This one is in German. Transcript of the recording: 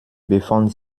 befand